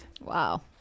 Wow